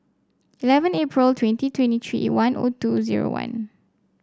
eleven April twenty twenty three zero O two zero one